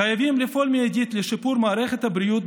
חייבים לפעול מיידית לשיפור מערכת הבריאות,